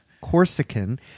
Corsican